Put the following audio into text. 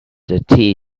the